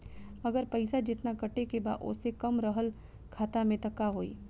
अगर पैसा जेतना कटे के बा ओसे कम रहल खाता मे त का होई?